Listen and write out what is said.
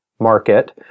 market